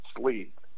sleep